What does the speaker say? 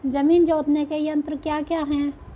जमीन जोतने के यंत्र क्या क्या हैं?